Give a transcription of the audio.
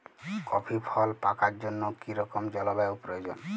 Coffee ফল পাকার জন্য কী রকম জলবায়ু প্রয়োজন?